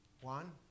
One